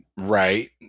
Right